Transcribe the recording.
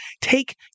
take